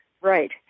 Right